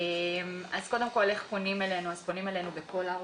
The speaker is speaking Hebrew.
פונים אלינו בכל הערוצים.